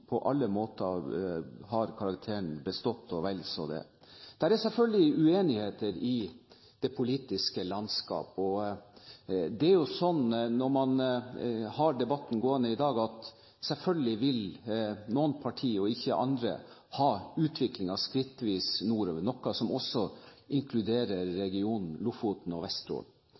på alle måter har karakteren «bestått» og vel så det. Det er selvfølgelig uenighet i det politiske landskap. Det er sånn når man har debatten gående i dag, at selvfølgelig vil noen partier, og andre ikke, ha utviklingen skrittvis nordover, noe som også inkluderer regionen Lofoten og Vesterålen.